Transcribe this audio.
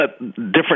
different